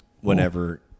whenever